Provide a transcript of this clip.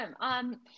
awesome